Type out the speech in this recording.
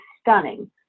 stunning